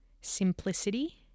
simplicity